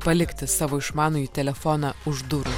palikti savo išmanųjį telefoną už durų